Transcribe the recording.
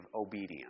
obedience